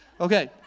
Okay